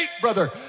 brother